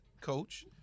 Coach